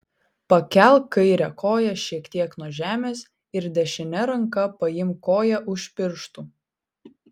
pakelk kairę koją šiek tiek nuo žemės ir dešine ranka paimk koją už pirštų